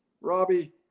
Robbie